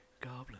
goblin